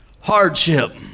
hardship